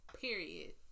period